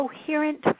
coherent